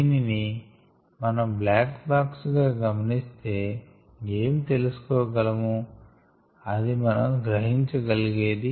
దీని మనం black box గా గమనిస్తే ఏమి తెలిసికోగలమో అది మనం గ్రహించ గలిగేది